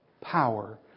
power